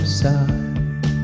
side